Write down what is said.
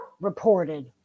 reported